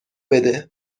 بده